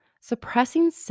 Suppressing